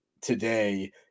today